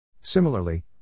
Similarly